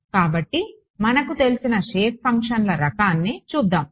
కాబట్టి మనకు తెలిసిన షేప్ ఫంక్షన్ల రకాన్ని చూద్దాం